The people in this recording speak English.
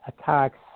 attacks